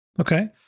Okay